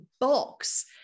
box